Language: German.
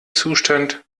zustand